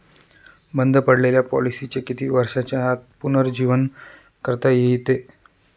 बंद पडलेल्या पॉलिसीचे किती वर्षांच्या आत पुनरुज्जीवन करता येते?